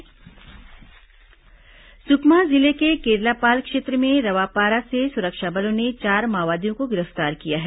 माओवादी समाचार सुकमा जिले के केरलापाल क्षेत्र में रवापारा से सुरक्षा बलों ने चार माओवादियों को गिरफ्तार किया है